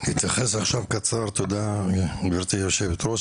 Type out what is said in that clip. אני אתייחס עכשיו קצר, תודה גברתי היו"ר.